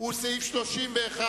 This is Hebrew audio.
הוא סעיף 31,